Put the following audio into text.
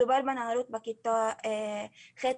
מדובר בנערות בכיתות ח'